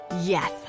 Yes